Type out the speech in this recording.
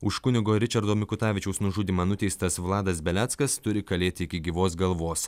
už kunigo ričardo mikutavičiaus nužudymą nuteistas vladas beleckas turi kalėti iki gyvos galvos